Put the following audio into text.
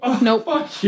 Nope